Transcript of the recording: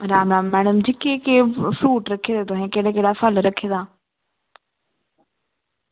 madam ji केह् केह् fruit रक्खे दे तुसें केह्दा केह्दा फल रक्खे दा